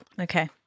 Okay